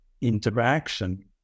Interaction